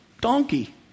donkey